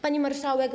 Pani Marszałek!